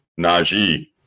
Najee